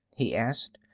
he asked,